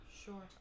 sure